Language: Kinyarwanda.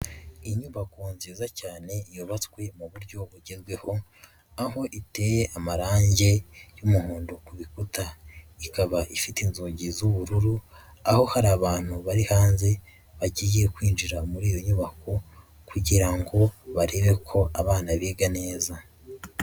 Iyi nyubako nziza cyane yubatswe mu buryo bugezweho, aho iteye amarangi y'umuhondo ku bikuta. Ikaba ifite inzugi z'ubururu, aho hari abantu bari hanze bagiye kwinjira muri iyo nyubako kugira ngo barebe ko abana biga neza.